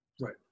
Right